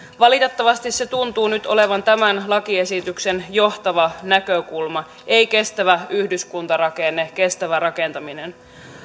valitettavasti se tuntuu nyt olevan tämän lakiesityksen johtava näkökulma ei kestävä yhdyskuntarakenne kestävä rakentaminen